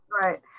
right